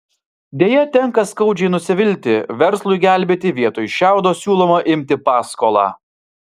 deja tenka skaudžiai nusivilti verslui gelbėti vietoj šiaudo siūloma imti paskolą